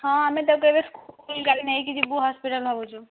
ହଁ ଆମେ ତାକୁ ଏବେ ସ୍କୁଲ ଗାଡ଼ି ନେଇକି ଯିବୁ ହସ୍ପିଟାଲ ଭାବଛୁ